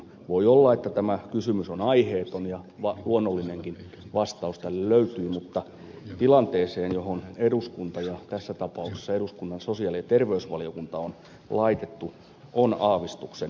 voi olla että tämä kysymys on aiheeton ja luonnollinenkin vastaus tälle löytyy mutta tilanteeseen johon eduskunta ja tässä tapauksessa eduskunnan sosiaali ja terveysvaliokunta on laitettu on aavistuksen ongelmallinen